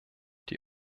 die